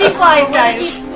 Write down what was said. ah flies, guys.